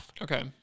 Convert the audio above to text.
Okay